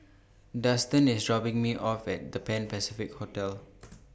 Dustan IS dropping Me off At The Pan Pacific Hotel